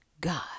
God